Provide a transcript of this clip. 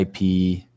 IP